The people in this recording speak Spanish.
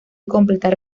completar